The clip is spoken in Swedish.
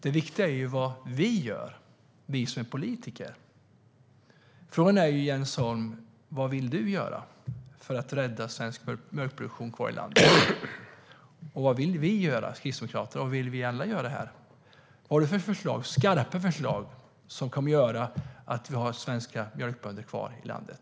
Det viktiga är vad vi som är politiker gör. Frågan är, Jens Holm: Vad vill du göra för att rädda svensk mjölkproduktion kvar i landet, och vad vill vi kristdemokrater och vi alla här göra? Vad har du för skarpa förslag som kan göra att vi har svenska mjölkbönder kvar i landet?